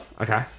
Okay